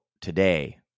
today